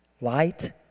light